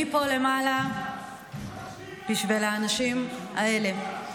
אני פה למעלה בשביל האנשים האלה.